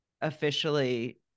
officially